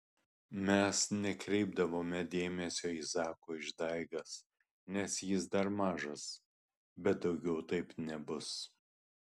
mes nekreipdavome dėmesio į zako išdaigas nes jis dar mažas bet daugiau taip nebus